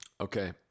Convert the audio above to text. Okay